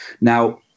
Now